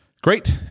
Great